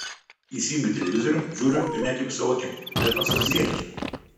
įsijungiu televizorių žiūriu ir netikiu savo akim alfonsas zienius